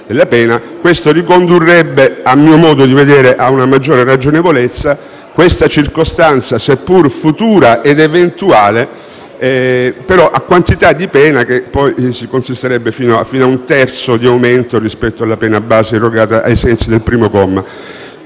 Questo ricondurrebbe, a mio modo di vedere, a una maggiore ragionevolezza questa circostanza, seppur futura ed eventuale; la quantità dell'aumento di pena arriverebbe così fino a un terzo rispetto alla pena base erogata ai sensi del primo comma.